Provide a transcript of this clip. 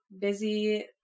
busy